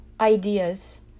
ideas